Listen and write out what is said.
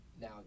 Now